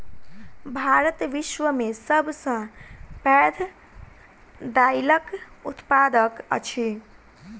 भारत विश्व में सब सॅ पैघ दाइलक उत्पादक अछि